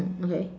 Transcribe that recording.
okay